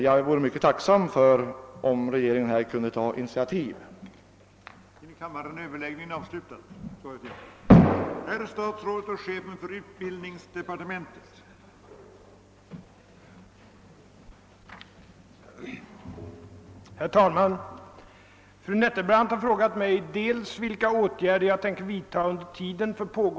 Jag vore mycket tacksam om regeringen kunde ta initiativ i denna fråga.